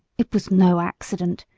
it was no accident!